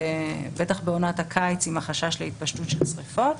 בטח בעונת הקיץ עם החשש להתפשטות של שריפות.